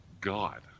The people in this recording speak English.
god